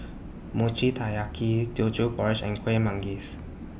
Mochi Taiyaki Teochew Porridge and Kuih Manggis